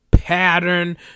pattern